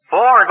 Four